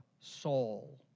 Saul